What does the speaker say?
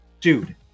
dude